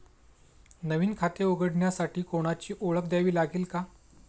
नवीन खाते उघडण्यासाठी कोणाची ओळख द्यावी लागेल का?